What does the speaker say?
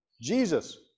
Jesus